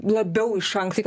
labiau iš anksto